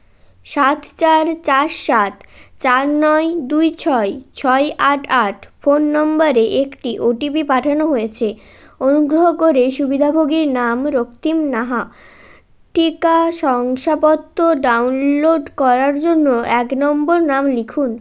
সাত চার চার সাত চার নয় দুই ছয় ছয় আট আট ফোন নম্বরে একটি ও টি পি পাঠানো হয়েছে অনুগ্রহ করে সুবিধাভোগীর নাম রক্তিম নাহা টিকা শংসাপত্র ডাউনলোড করার জন্য এক নম্বর নাম লিখুন